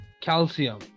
calcium